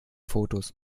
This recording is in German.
fotos